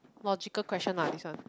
logical question lah this one